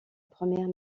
première